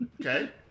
Okay